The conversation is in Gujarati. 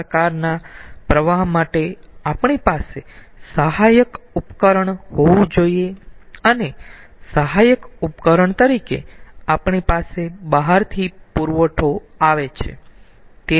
આ પ્રકારના પ્રવાહ માટે આપણી પાસે સહાયક ઉપકરણ હોવું જોઈયે અને સહાયક ઉપકરણ તરીકે આપણી પાસે બહારથી પુરવઠો આવે છે